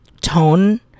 tone